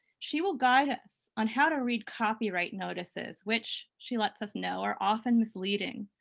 she will guide us on how to read copyright notices which, she lets us know, are often misleading.